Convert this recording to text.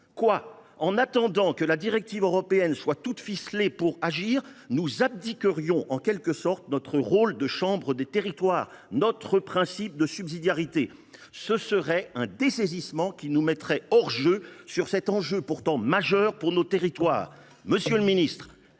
quoi ? En attendant que la directive européenne soit toute ficelée pour agir, nous abdiquerions en quelque sorte notre rôle de chambre des territoires, refusant la mise en œuvre du principe de subsidiarité. Très bien ! Ce dessaisissement nous mettrait hors jeu sur ce sujet pourtant majeur pour nos territoires. Monsieur le secrétaire